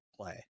play